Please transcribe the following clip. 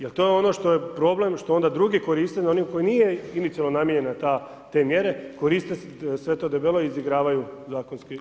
Jer to je ono što je problem što onda drugi koriste na onim koji nije inicijalno namijenjena ta, te mjere, koriste sve to debelo i izigravaju zakonske,